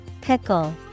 Pickle